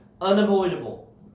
unavoidable